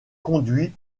conduits